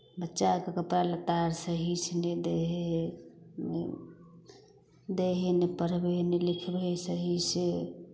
बच्चाकेँ कपड़ा लत्ता आर सहीसँ नैहि दै हइ दै हइ नहि पढ़बै नहि नहि लिखबै हइ नहि सहीसँ